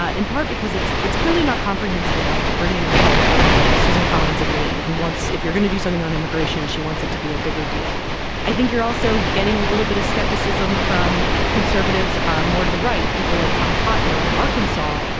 ah in part because it's it's clearly not comprehensive enough to bring in republicans like susan collins of maine, who wants if you're going to do something on immigration, she wants it to be a bigger deal i think you're also getting a little bit of skepticism from conservatives more to the right people like tom cotton of arkansas,